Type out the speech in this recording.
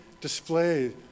display